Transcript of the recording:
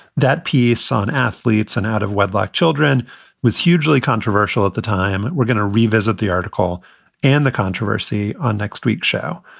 that piece on athletes and out of wedlock children was hugely controversial at the time. we're going to revisit the article and the controversy on next week's show.